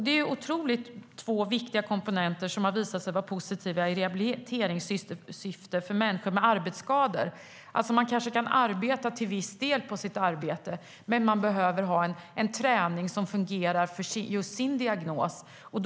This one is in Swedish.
Det är två oerhört viktiga komponenter som i rehabiliteringshänseende visat sig vara positiva för människor med arbetsskador. Man kanske kan arbeta till viss del, men man behöver ha en träning som fungerar för just den diagnos man har.